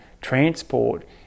transport